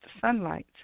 sunlight